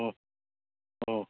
ಹ್ಞೂ ಹ್ಞೂ